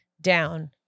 down